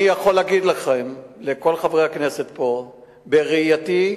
אני יכול להגיד לכם, לכל חברי הכנסת פה: בראייתי,